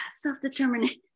self-determination